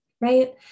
right